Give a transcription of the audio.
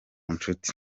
nshuti